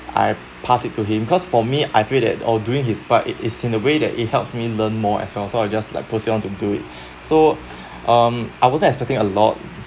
I pass it to him cause for me I feel that oh doing his part it is in a way that it helps me learn more as well so I just like proceed it on to do it so um I wasn't expecting a lot